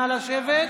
נא לשבת,